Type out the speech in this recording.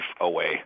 away